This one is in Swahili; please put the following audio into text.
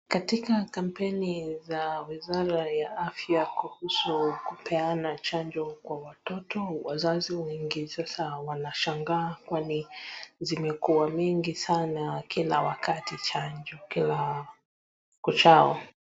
Katika kampeni za wizara ya afya kuhusu kupeana chanjo kwa watoto, wazazi wengi sasa wanashangaa kwani zimekuwa mingi sana, kila wakati chanjo, kila kuchao.